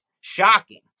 Shocking